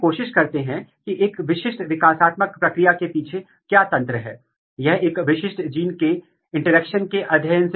आप जानते हैं कि एक जीन के लिए दो लोकी मौजूद हैं और यदि ये उत्परिवर्तन एक ही जीन में हैं तो आप उम्मीद कर सकते हैं कि कहीं न कहीं यह उत्परिवर्तन है